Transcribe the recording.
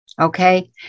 Okay